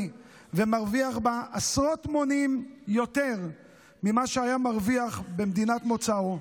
ומרוויח בה עשרות מונים יותר ממה שהיה מרוויח במדינת מוצאו,